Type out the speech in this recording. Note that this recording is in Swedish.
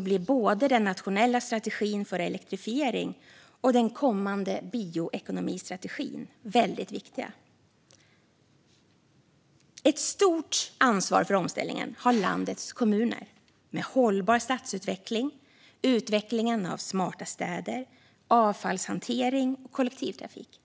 blir både den nationella strategin för elektrifiering och den kommande bioekonomistrategin väldigt viktiga. Ett stort ansvar för omställningen har landets kommuner med hållbar stadsutveckling, utveckling av smarta städer, avfallshantering och kollektivtrafik.